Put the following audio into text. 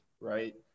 right